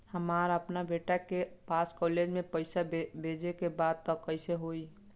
हमरा अपना बेटा के पास कॉलेज में पइसा बेजे के बा त कइसे होई?